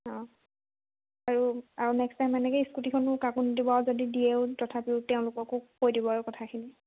অঁ আৰু আৰু নেস্ক টাইম মানে কি স্কুটীখনো কাকো নিদিব আৰু যদি দিয়েও তথাপিও তেওঁলোককো কৈ দিব আৰু কথাখিনি